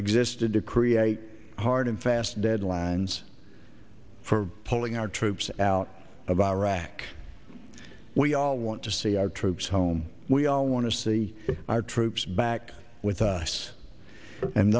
existed to create hard and fast deadlines for pulling our troops out of iraq we all want to see our troops home we all want to see our troops back with us and